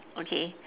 okay